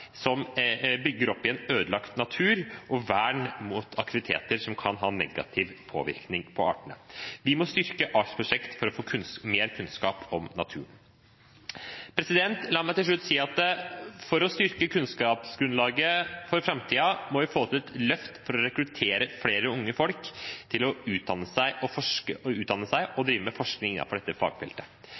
som bygger opp igjen ødelagt natur, og som gir vern mot aktiviteter som kan ha negativ påvirkning på artene. Vi må styrke artsprosjekt for å få mer kunnskap om naturen. La meg til slutt si at for å styrke kunnskapsgrunnlaget for framtiden, må vi få til et løft for å rekruttere flere unge folk til å utdanne seg og drive med forskning innenfor dette fagfeltet.